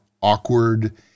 awkward